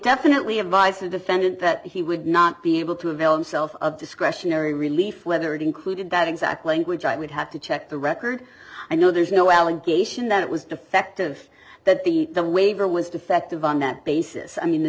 definitely advised the defendant that he would not be able to avail himself of discretionary relief whether it included that exact language i would have to check the record i know there's no allegation that it was defective that the the waiver was defective on that basis i mean the